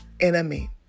enemy